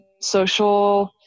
social